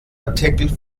artikel